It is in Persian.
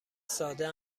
ساده